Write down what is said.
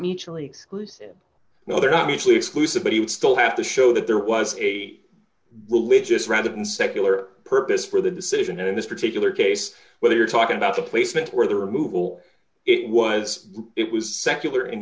mutually exclusive now they're not mutually exclusive but he would still have to show that there was a religious rather than secular purpose for the decision in this particular case whether you're talking about the placement or the removal it was it was secular